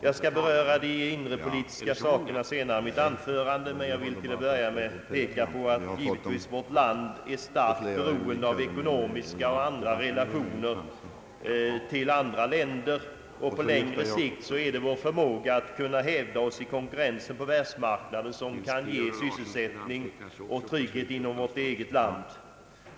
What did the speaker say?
Jag skall beröra de inre politiska förhållandena senare i mitt anförande, men jag vill till att börja med peka på att vårt land givetvis är starkt beroende av ekonomiska och andra relationer till andra länder. På längre sikt är det vår förmåga att hävda oss i konkurrensen på världsmarknaden som kan ge sysselsättning och trygghet inom vårt eget land.